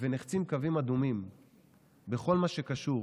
ונחצים קווים אדומים בכל מה שקשור